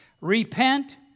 Repent